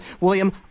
William